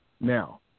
now